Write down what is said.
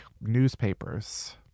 newspapers